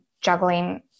juggling